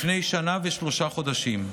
לפני שנה ושלושה חודשים,